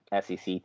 SEC